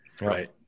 Right